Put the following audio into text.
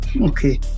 Okay